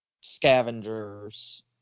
scavengers